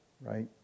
right